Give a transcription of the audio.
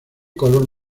color